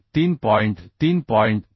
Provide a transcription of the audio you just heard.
3